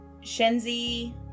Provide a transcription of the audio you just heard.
Shenzi